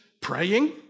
praying